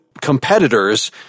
competitors